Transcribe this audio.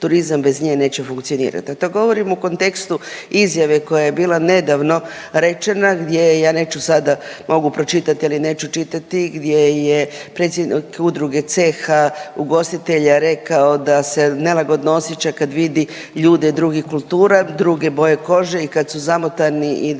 turizam bez nje neće funkcionirat.